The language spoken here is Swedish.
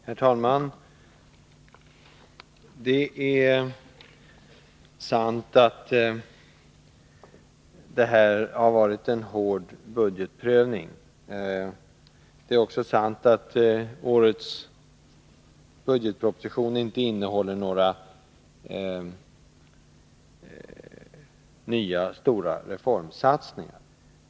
Herr talman! Det är sant att det har varit en hård budgetprövning. Det är också sant att årets budgetproposition inte innehåller några nya stora reformsatsningar.